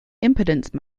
impedance